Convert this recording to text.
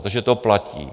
Takže to platí.